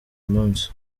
munsi